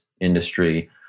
industry